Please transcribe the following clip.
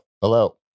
Hello